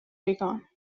ریگان